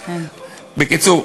בקיצור,